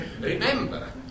Remember